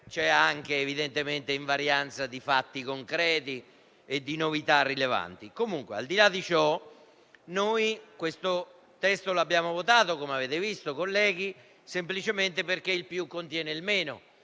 c'è anche, evidentemente, invarianza di fatti concreti e di novità rilevanti. Al di là di questo, abbiamo votato il testo, come avete visto, colleghi, semplicemente perché il più contiene il meno